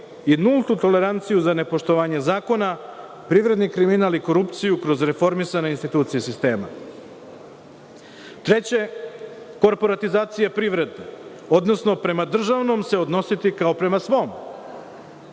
i nultu toleranciju za nepoštovanje zakona, privredni kriminal i korupciju kroz reformisane institucije sistema. Treće, korporatizacija privrede, odnosno prema državnom se odnositi kao prema